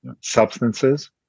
substances